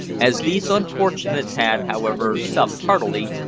as these unfortunates had, however, supped heartily,